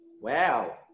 Wow